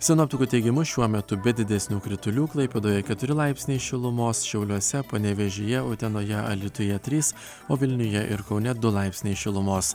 sinoptikų teigimu šiuo metu be didesnių kritulių klaipėdoje keturi laipsniai šilumos šiauliuose panevėžyje utenoje alytuje trys o vilniuje ir kaune du laipsniai šilumos